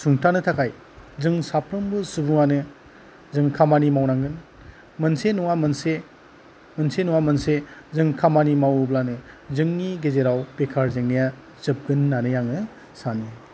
सुंथानो थाखाय जों साफ्रोमबो सुबुङानो जों खामानि मावनांगोन मोनसे नङा मोनसे मोनसे नङा मोनसे जों खामानि मावोब्लानो जोंनि गेजेराव बेकार जेंनाया जोबगोन होननानै आङो सानो